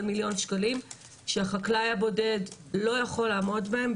מליון שקלים שהחקלאי הבודד לא יכול לעמוד בהם,